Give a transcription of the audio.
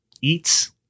Eats